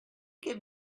give